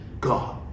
God